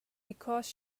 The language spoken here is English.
because